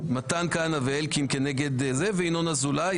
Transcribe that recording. מתן כהנא ואלקין וינון אזולאי.